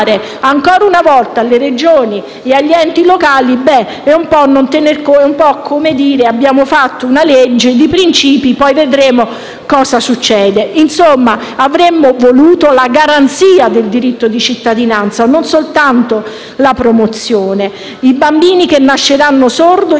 ancora una volta alle Regioni e agli enti locali, è un po' come dire che abbiamo fatto una legge di principi e che poi vedremo cosa succederà. Insomma, avremmo voluto la garanzia del diritto di cittadinanza e non soltanto la sua promozione. I bambini che nasceranno sordi